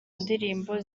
ndirimbo